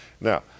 Now